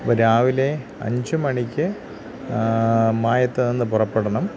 രാവിലെ അഞ്ചു മണിക്ക് മായത്ത് നിന്ന് പുറപ്പെടണം